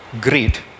great